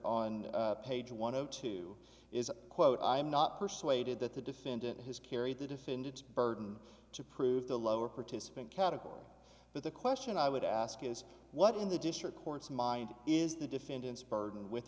on page one of two is quote i am not persuaded that the defendant has carried the defendant's burden to prove the lower participant category but the question i would ask is what in the district court's mind is the defendant's burden with